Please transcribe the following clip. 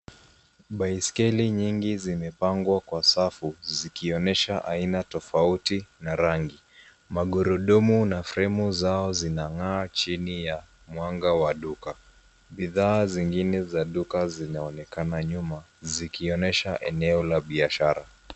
Baiskeli nyingi zimepangwa kwa safu zikionyesha aina tofauti na rangi. Magurudumu na fremu zao zinang'aa chini ya mwanga wa duka. Bidhaa zingine za duka zinaonekana nyuma zikionyesha eneo la biashara.